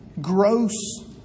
gross